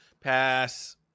pass